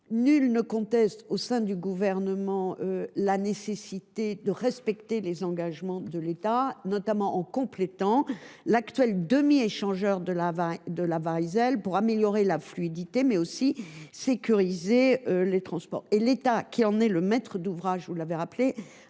Nul ne conteste au sein du Gouvernement la nécessité de respecter les engagements de l’État, notamment en complétant l’actuel demi échangeur de la Varizelle pour améliorer la fluidité, mais aussi sécuriser les transports. L’État, qui est le maître d’ouvrage de ce projet,